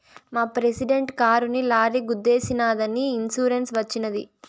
మా ప్రెసిడెంట్ కారుని లారీ గుద్దేశినాదని ఇన్సూరెన్స్ వచ్చినది